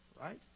right